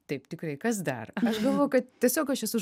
taip tikrai kas dar aš galvoju kad tiesiog aš esu